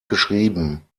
geschrieben